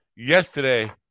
Yesterday